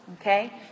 okay